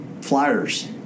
flyers